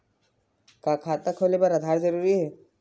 का खाता खोले बर आधार जरूरी हे?